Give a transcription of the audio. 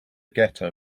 ghetto